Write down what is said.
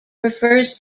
refers